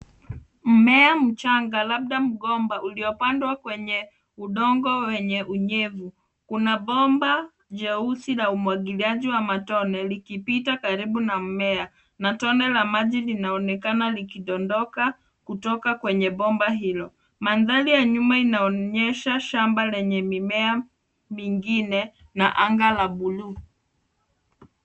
Mmea mchanga labda mgomba uliopandwa kwenye udongo wenye unyevu. Kuna bomba jeusi la umwagiliaji wa matone likipita karibu na mmea na tone la maji linaonekana likidondoka kutoka kwenye bomba hilo. Mandhari ya nyuma inaonyesha shamba lenye mimea mingine na anga la buluu.